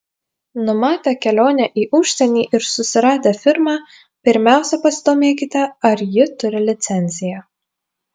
numatę kelionę į užsienį ir susiradę firmą pirmiausia pasidomėkite ar ji turi licenciją